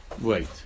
wait